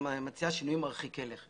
מציעה שינויים מרחיקי לכת.